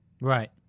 Right